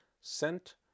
sent